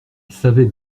savait